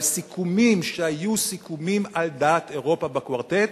סיכומים שהיו על דעת אירופה בקוורטט,